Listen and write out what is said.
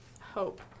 hope